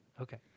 Okay